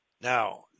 Now